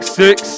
six